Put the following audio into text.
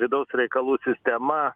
vidaus reikalų sistema